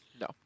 no